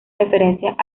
referencias